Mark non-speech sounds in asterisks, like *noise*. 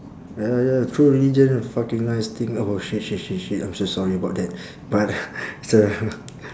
ya ya true religion fucking nice thing oh shit shit shit shit I'm so sorry about that but it's a *laughs*